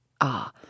Ah